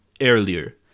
Earlier